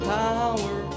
power